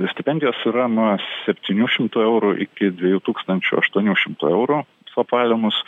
stipendijos yra nuo septynių šimtų eurų iki dviejų tūkstančių aštuonių šimtų eurų suapvalinus